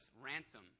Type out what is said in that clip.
Ransom